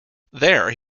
there